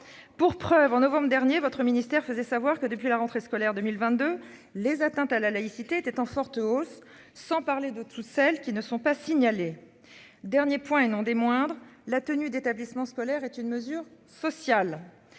Pour preuve, en novembre dernier, votre ministère faisait savoir que depuis la rentrée scolaire 2022. Les atteintes à la laïcité était en forte hausse. Sans parler de toutes celles qui ne sont pas signalés. Dernier point et non des moindres, la tenue d'établissements scolaires est une mesure sociale.